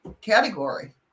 category